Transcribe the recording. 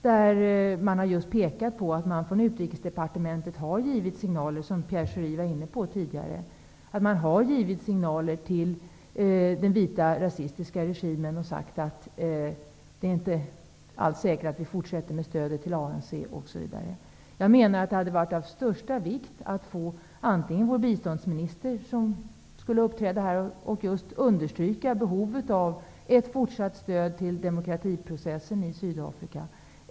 Man har bl.a. pekat på att Utrikesdepartementet har givit signaler till den vita rasistiska regimen och sagt att det inte alls är säkert att vi fortsätter med stödet till ANC osv. Det var Pierre Schori också inne på. Det hade varit av största vikt att antingen vår biståndsminister eller vår utrikeshandelsminister Ulf Dinkelspiel hade uppträtt här för att understryka behovet av ett fortsatt stöd till demokratiprocessen i Sydafrika.